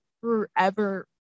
forever